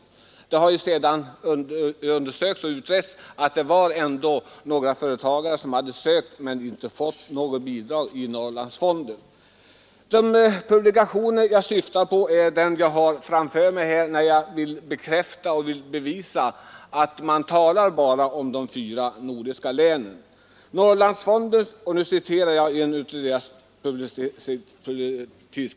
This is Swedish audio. Det har sedan utretts att några företagare har sökt men inte fått bidrag ur Norrlandsfonden. Jag har sagt att man bara talar om de fyra nordligaste länen. För att ge stöd åt det påståendet ber jag att få citera ur skriften ”Norrlandsfonden informerar” från 1972.